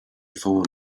phone